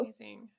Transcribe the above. amazing